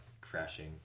crashing